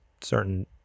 certain